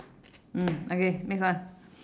mm okay next one